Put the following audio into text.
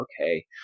okay